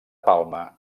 palma